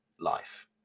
life